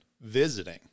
visiting